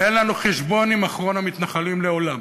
אין לנו חשבון עם אחרון המתנחלים, לעולם,